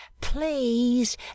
Please